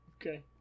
Okay